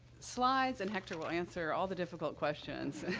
slides, and hector will answer all the difficult questions.